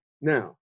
Now